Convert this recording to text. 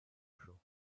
usual